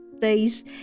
days